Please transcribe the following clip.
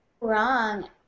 wrong